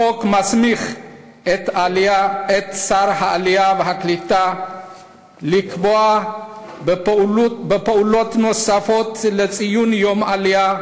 החוק מסמיך את שר העלייה והקליטה לקבוע פעולות נוספות לציון יום העלייה,